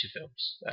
films